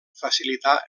facilitar